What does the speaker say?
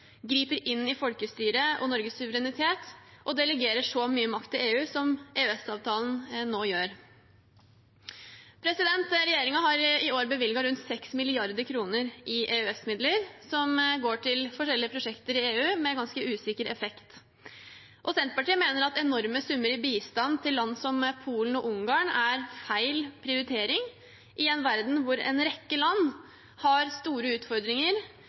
griper inn i folkestyret og Norges suverenitet og delegerer så mye makt til EU som EØS-avtalen nå gjør. Regjeringen har i år bevilget rundt 6 mrd. kr i EØS-midler, som går til forskjellige prosjekter i EU, med ganske usikker effekt. Senterpartiet mener at enorme summer i bistand til land som Polen og Ungarn er feil prioritering i en verden hvor en rekke land har store utfordringer